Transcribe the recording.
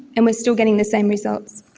and we are still getting the same results.